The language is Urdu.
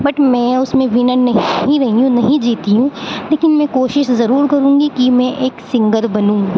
بٹ میں اس میں ونر نہیں رہی ہوں نہیں جیتی ہوں لیکن میں کوشش ضرور کروں گی کہ میں ایک سنگر بنوں